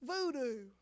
voodoo